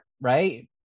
right